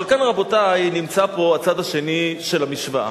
אבל כאן, רבותי, נמצא הצד השני של המשוואה,